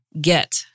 get